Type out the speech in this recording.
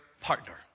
partner